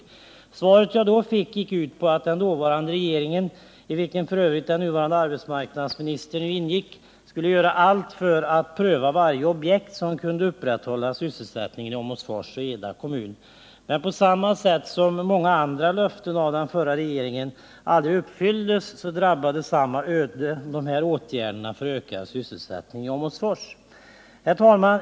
Det svar jag då fick gick ut på att den dåvarande regeringen, i vilken f. ö. den nuvarande arbetsmarknadsministern ingick, skulle göra allt för att pröva varje objekt som kunde upprätthålla sysselsättningen i Åmotfors och Eda kommun. Men många av den förra regeringens löften uppfylldes aldrig, och detta gällde också löftet om åtgärder för att öka sysselsättningen i Åmotfors. Herr talman!